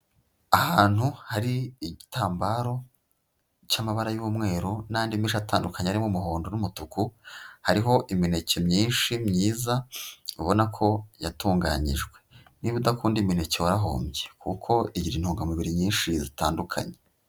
Ahantu hari igitambaro cy'amabara y'umweru n'andi menshi atandukanye harimo umuhondo n'umutuku, hariho imineke myinshi myiza ubona ko yatunganyijwe, niba udakunda imineke warahombye, kuko igira intungamubiri nyinshi zitandukanye.